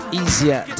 easier